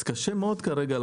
התייחסות לבקשה?